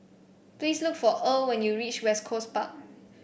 please look for Earl when you reach West Coast Park